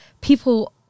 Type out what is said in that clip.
people